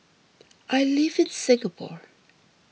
I live in Singapore